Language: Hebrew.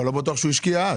אבל לא בטוח שהוא השקיע אז.